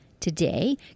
Today